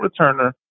returner